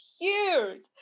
huge